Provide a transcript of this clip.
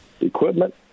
equipment